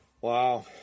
Wow